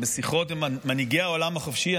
בשיחות עם מנהיגי העולם החופשי,